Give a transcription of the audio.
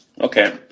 Okay